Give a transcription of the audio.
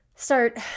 start